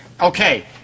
okay